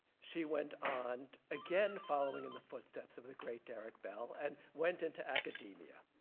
she went on, again following in the footsteps of the great derrick bell and went into academia.